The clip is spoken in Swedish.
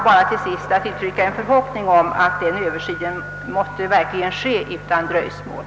Till sist vill jag uttrycka den förhoppningen att denna översyn verkligen kommer till stånd utan dröjsmål.